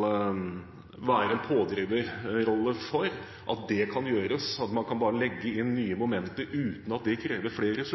ha en pådriverrolle for, at det kan gjøres, at man bare kan legge inn nye momenter uten at det krever flere